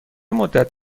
مدت